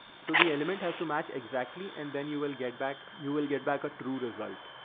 so the element has to match. exactly. and then you will get back, you will get back a true result.